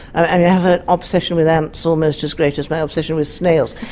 i have an obsession with ants almost as great as my obsession with snails.